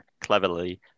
cleverly